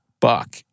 buck